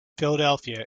philadelphia